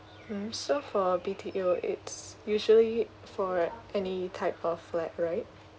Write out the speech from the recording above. mmhmm so for B_T_O it's usually for any type of flat right